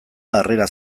harrera